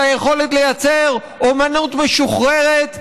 על היכולת לייצר אומנות משוחררת,